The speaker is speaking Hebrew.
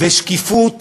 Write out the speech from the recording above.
ושקיפות